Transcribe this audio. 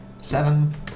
seven